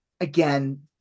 again